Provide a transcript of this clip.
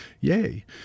Yay